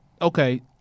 Okay